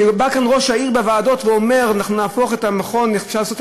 בא לכאן ראש העיר לוועדות ואומר: אפשר לעשות את